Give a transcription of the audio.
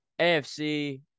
AFC